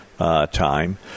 Time